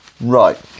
right